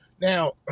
Now